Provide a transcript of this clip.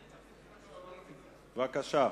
בבקשה.